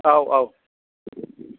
औ औ